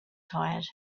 tired